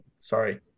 sorry